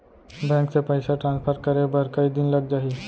Bank से पइसा transfer करे बर कई दिन लग जाही?